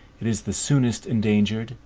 it is the soonest endangered,